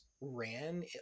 ran